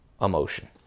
emotion